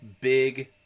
Big